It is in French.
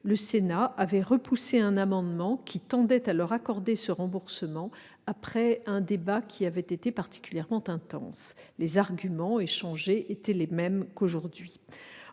le Sénat avait repoussé un amendement qui tendait à leur accorder ce remboursement, après un débat qui avait été particulièrement intense. Les arguments échangés étaient alors les mêmes qu'aujourd'hui.